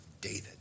David